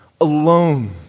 alone